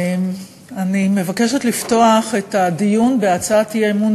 אני מבקשת לפתוח את הדיון בהצעת אי-אמון